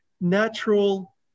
natural